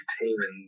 entertainment